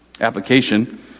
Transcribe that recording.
application